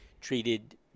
treated